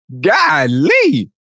Golly